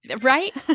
Right